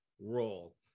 role